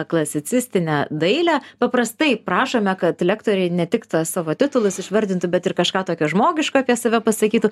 klasicistinę dailę paprastai prašome kad lektoriai ne tik tuos savo titulus išvardintų bet ir kažką tokio žmogiško apie save pasakytų